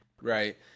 Right